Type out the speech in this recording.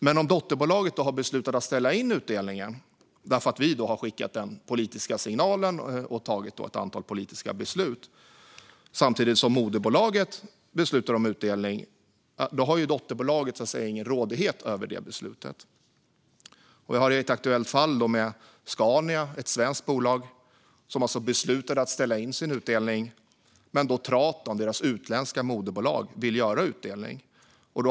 Men om ett dotterbolag har beslutat att ställa in utdelningen, därför att vi har skickat den politiska signalen och tagit ett antal politiska beslut, samtidigt som moderbolaget beslutar om utdelning har ju dotterbolaget ingen rådighet över det beslutet. I ett aktuellt fall har Scania, ett svenskt bolag, beslutat att ställa in sin utdelning, men Traton, deras utländska moderbolag, vill göra utdelning.